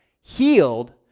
Healed